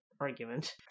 Argument